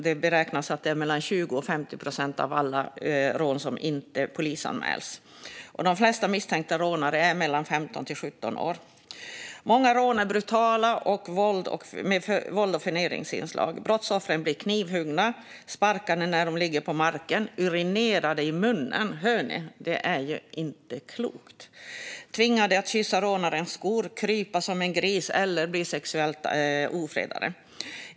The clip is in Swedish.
Det beräknas att 20-50 procent av alla rån inte polisanmäls. De flesta misstänkta rånare är mellan 15 och 17 år. Många rån är brutala med vålds och förnedringsinslag. Brottsoffren blir knivhuggna, sparkade när de ligger på marken, urinerade i munnen - hör ni, det är ju inte klokt - tvingade att kyssa rånarens skor eller krypa som en gris eller blir sexuellt ofredade.